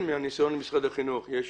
מהניסיון עם משרד החינוך אפשר לומר שיש